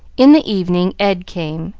in the evening ed came,